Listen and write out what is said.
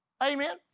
Amen